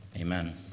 Amen